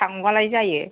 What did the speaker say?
थांबालाय जायो